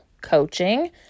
coaching